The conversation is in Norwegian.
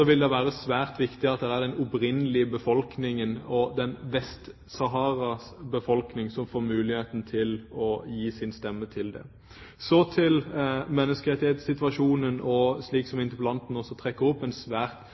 vil det være svært viktig at det er den opprinnelige befolkningen – Vest-Saharas befolkning – som får muligheten til å avgi sin stemme. Så til menneskerettighetssituasjonen og – slik som interpellanten også trekker opp – en svært